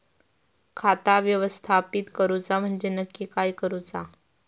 खाता व्यवस्थापित करूचा म्हणजे नक्की काय करूचा?